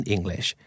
English